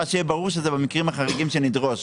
שיהיה ברור שזה במקרים החריגים שנדרוש.